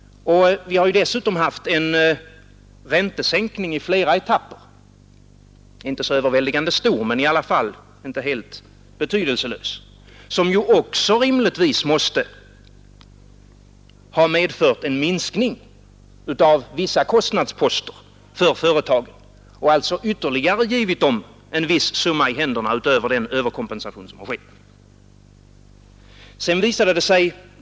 Vi har dessutom haft en räntesänkning i flera etapper, inte så överväldigande stor men inte helt betydelselös, som ju också rimligtvis måste ha medfört en minskning av vissa kostnadsposter för företagen och alltså ytterligare givit dem en viss summa i händerna utöver den överkompensation de fått.